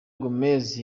gomez